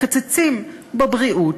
אז מקצצים בבריאות,